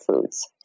foods